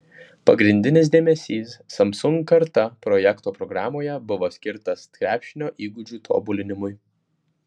pagrindinis dėmesys samsung karta projekto programoje buvo skirtas krepšinio įgūdžių tobulinimui